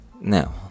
now